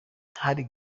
hari